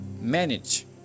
manage